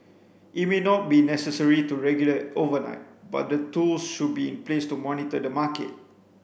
it may not be necessary to regulate overnight but the tools should be in place to monitor the market